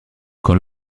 quand